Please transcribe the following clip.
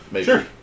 Sure